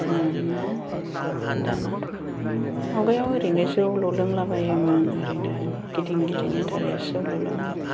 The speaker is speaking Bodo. मा होनो दानाथ' आवगायाव ओरैनो जौल' लोंलाबायोमोन ओरैनो गिदिं गिदिं इन्टारेस्ट जौल' लोङोमोन